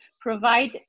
provide